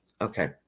Okay